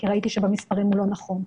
כי ראיתי שהוא לא נכון.